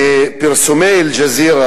מפרסומי "אל-ג'זירה",